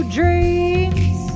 dreams